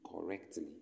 correctly